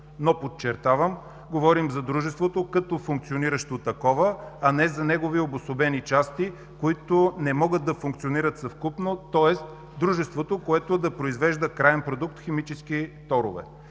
– подчертавам, говорим за дружеството като функциониращо такова, а не за негови обособени части, които не могат да функционират съвкупно, тоест дружеството, което да произвежда краен продукт – химически торове.